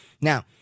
Now